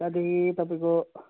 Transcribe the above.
त्यहाँदेखि तपाईँको